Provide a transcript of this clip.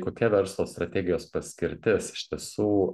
kokia verslo strategijos paskirtis iš tiesų